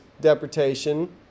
deportation